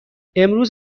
امروز